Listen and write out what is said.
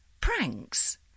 Pranks